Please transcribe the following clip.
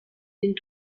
den